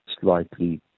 slightly